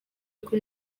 ariko